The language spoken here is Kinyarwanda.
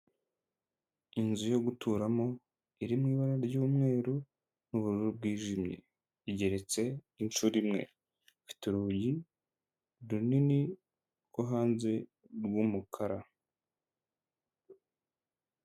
Inzu yo guturamo iri mu ibara ry'umweru n'ubururu bwijimye igeretse inshuro imwe ifite urugi runini rwo hanze rw'umukara.